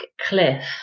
Cliff